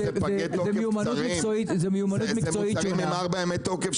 בין 4-14 ימי תוקף,